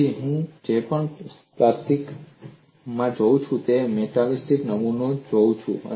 તેથી હું જે પણ પ્લાસ્ટિકમાં જોઉં છું તે જ મેટાલિક નમૂનામાં જોઉં છું